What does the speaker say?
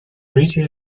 pretty